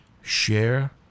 Share